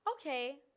okay